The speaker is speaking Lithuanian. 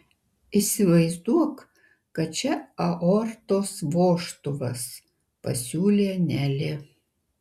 įsivaizduok kad čia aortos vožtuvas pasiūlė nelė